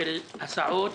אלינו.